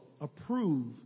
approve